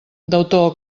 deutor